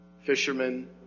fishermen